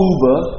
Uber